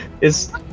Is-